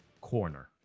Corner